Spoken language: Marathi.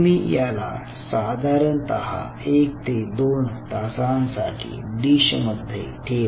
तुम्ही याला साधारणतः एक ते दोन तासांसाठी डिशमध्ये ठेवा